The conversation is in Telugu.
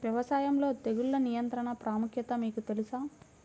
వ్యవసాయంలో తెగుళ్ల నియంత్రణ ప్రాముఖ్యత మీకు తెలుసా?